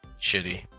shitty